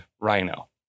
Rhino